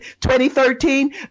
2013